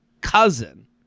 cousin